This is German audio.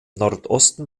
nordosten